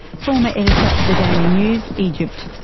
former editor of the daily news egypt.